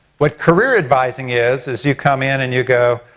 what career advising is, is you come in and you go,